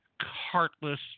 heartless